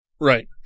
Right